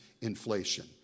inflation